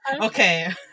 Okay